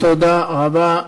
תודה רבה.